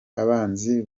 abanzi